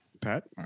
Pat